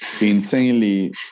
insanely